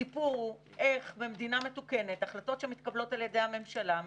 הסיפור הוא: איך במדינה מתוקנת החלטות שמתקבלות על ידי הממשלה מתבצעות,